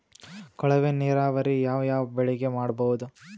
ಕೊಳವೆ ನೀರಾವರಿ ಯಾವ್ ಯಾವ್ ಬೆಳಿಗ ಮಾಡಬಹುದು?